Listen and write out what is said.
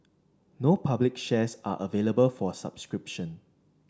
no public shares are available for subscription